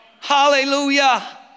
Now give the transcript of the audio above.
hallelujah